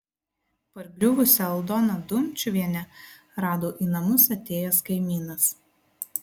pargriuvusią aldoną dumčiuvienę rado į namus atėjęs kaimynas